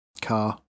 car